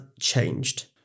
changed